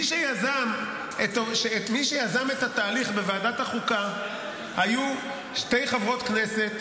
מי שיזם את התהליך בוועדת החוקה היו שתי חברות כנסת